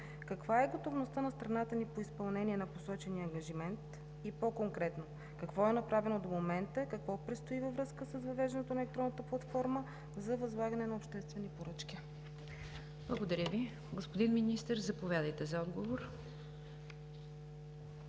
каква е готовността на страната ни по изпълнение на посочения ангажимент и по-конкретно – какво е направено до момента, какво предстои във връзка с въвеждането на електронната платформа за възлагане на обществени поръчки? ПРЕДСЕДАТЕЛ НИГЯР ДЖАФЕР: Благодаря Ви. Господин Министър, заповядайте за отговор.